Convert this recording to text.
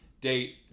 date